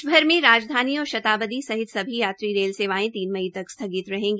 देशभर में राजधानी और शताब्दी सहित सभी यात्री रेल सवायें तीन मई तक स्थगित रहेंगी